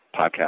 podcast